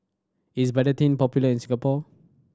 is Betadine popular in Singapore